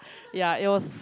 ya it was